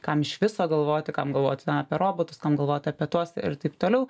kam iš viso galvoti kam galvoti apie robotus kam galvot apie tuos ir taip toliau